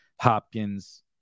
Hopkins